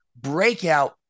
breakout